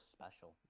special